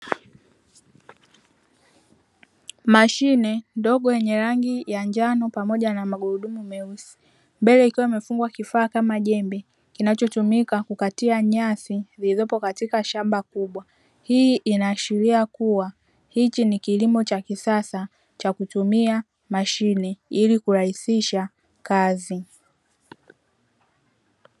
Mashine ndogo yenye rangi ya njano pamoja na magurudumu meusi, mbele ikiwa imefungwa kifaa kama jembe kinachotumika kukatia nyasi zizopo katika shamba kubwa. Hii inashiria kuwa hichi ni kilimo cha kisasa cha kutumia mashine ili kuraisisha kazi.